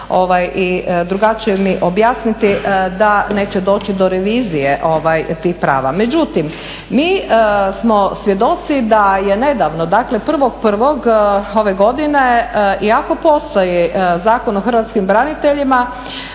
i drugačije mi objasniti, da neće doći do revizije tih prava. Međutim, mi smo svjedoci da je nedavno, dakle 1.1. ove godine iako postoji Zakon o Hrvatskim braniteljima,